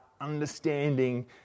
understanding